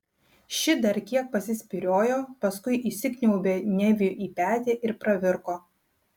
ši dar kiek pasispyriojo paskui įsikniaubė neviui į petį ir pravirko